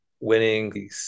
winning